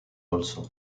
also